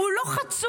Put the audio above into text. הוא לא חצוי.